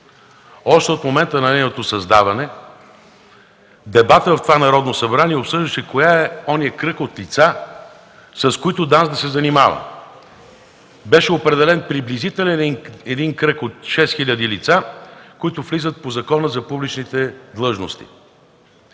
Още от момента на нейното създаване дебатът в това Народно събрание обсъждаше кой е онзи кръг от лица, с които ДАНС да се занимава. Беше определен един приблизителен кръг от 6 хиляди лица, които влизат по Закона за публичните длъжности.